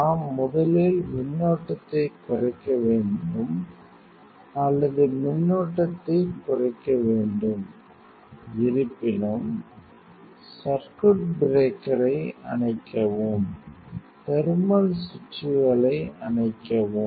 நாம் முதலில் மின்னோட்டத்தைக் குறைக்க வேண்டும் அல்லது மின்னோட்டத்தைக் குறைக்க வேண்டும் இருப்பினும் சர்க்யூட் பிரேக்கரை அணைக்கவும் தெர்மல் சுவிட்சுகளை அணைக்கவும்